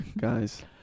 guys